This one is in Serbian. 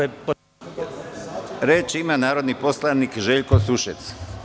Reč ima narodni poslanik Željko Sušec.